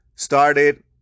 started